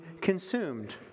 consumed